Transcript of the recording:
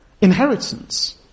Inheritance